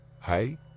Hey